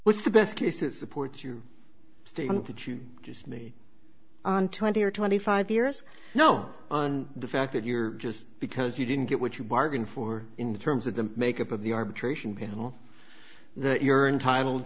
with the best cases supports your statement that you just me on twenty or twenty five years no on the fact that you're just because you didn't get what you bargained for in terms of the makeup of the arbitration panel that you're entitled